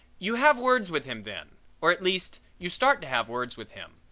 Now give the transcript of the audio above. you have words with him then, or at least you start to have words with him,